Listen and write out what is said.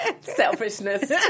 Selfishness